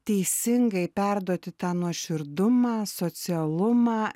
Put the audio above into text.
teisingai perduoti tą nuoširdumą socialumą